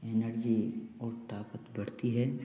energy और ताकत बढ़ती है